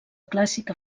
clàssica